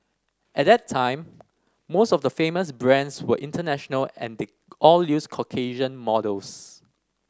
at that time most of the famous brands were international and they all used Caucasian models